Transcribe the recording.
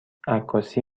عکاسی